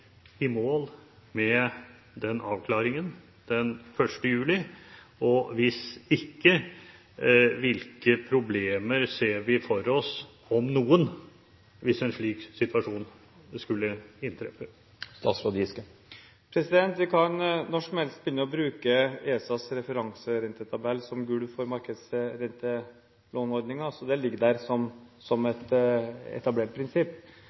mål med avklaringen den 1. juli? Hvis ikke – hvilke problemer – om noen – ser vi for oss hvis en slik situasjon skulle inntreffe? Vi kan når som helst begynne å bruke ESAs referanserentetabell som gulv for markedsrentelåneordningen, så det ligger der som et etablert prinsipp. Det som